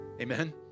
Amen